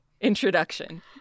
introduction